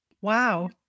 wow